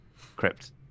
crypt